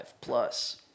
plus